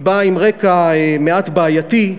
באה עם רקע מעט בעייתי,